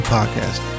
Podcast